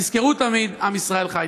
תזכרו תמיד, עם ישראל חי.